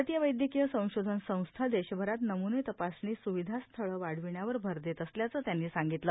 भारतीय वैदयकीय संशोधन संस्था देशभरात नमुने तपासणी सुविधा स्थळं वाढविण्यावर भर देत असल्याचं त्यांनी सांगितलं